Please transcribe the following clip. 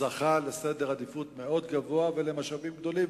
זכה לעדיפות מאוד גבוהה ולמשאבים גדולים.